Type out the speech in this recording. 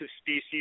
species